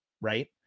right